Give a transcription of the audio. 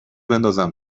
بندازم